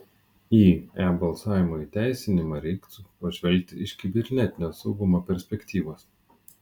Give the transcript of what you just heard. į e balsavimo įteisinimą reiktų pažvelgti iš kibernetinio saugumo perspektyvos